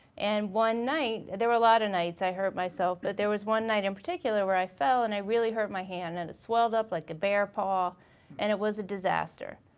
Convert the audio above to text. and one night, there were a lotta nights i hurt myself, but there was one night in particular where i fell and i really hurt my hand and it swelled up like a bear paw and it was a disaster.